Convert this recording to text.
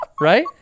right